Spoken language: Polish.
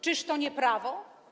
Czyż to nie prawo?